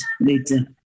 later